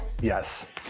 yes